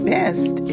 best